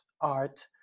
art